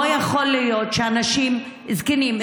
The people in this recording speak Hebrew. לא יכול להיות שאנשים זקנים,